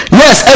yes